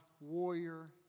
warrior